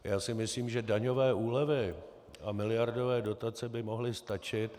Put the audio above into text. Já si myslím, že daňové úlevy a miliardové dotace by mohly stačit.